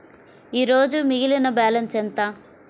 ఈరోజు మిగిలిన బ్యాలెన్స్ ఎంత?